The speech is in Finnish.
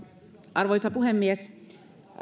arvoisa puhemies